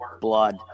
blood